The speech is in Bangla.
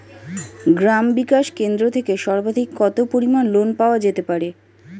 গ্রাম বিকাশ কেন্দ্র থেকে সর্বাধিক কত পরিমান লোন পাওয়া যেতে পারে?